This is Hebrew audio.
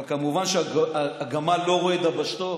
אבל כמובן שהגמל לא רואה את דבשתו.